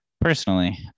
personally